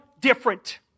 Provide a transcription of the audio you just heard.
different